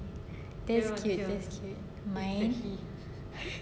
that's cute that's cute mine